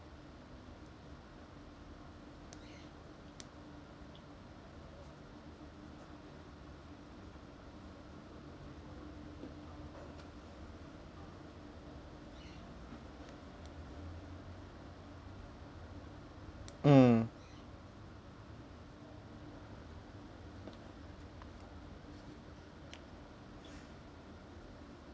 mm